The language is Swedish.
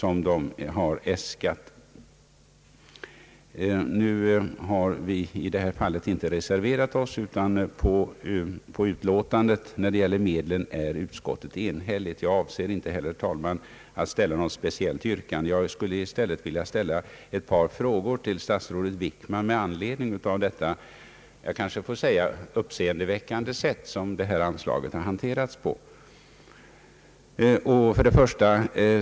Emellertid har vi inte fogat någon reservation till utlåtandet i det stycket. Vad beträffar medelsanvisningen är utskottet sålunda enhälligt. Jag avser inte, herr talman, att ställa något speciellt yrkande, utan jag vill i stället rikta ett par frågor till statsrådet Wickman med anledning av att man har hanterat detta anslagsäskande på ett som jag kanske får säga uppseendeväckande sätt.